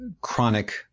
chronic